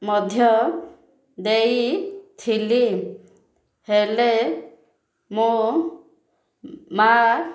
ମଧ୍ୟ ଦେଇଥିଲି ହେଲେ ମୁଁ ମା